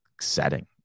setting